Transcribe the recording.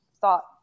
thought